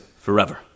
forever